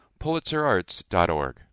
pulitzerarts.org